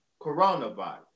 coronavirus